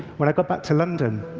when i got back to london,